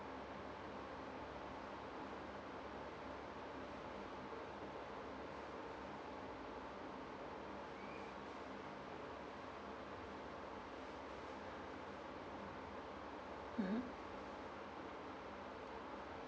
mmhmm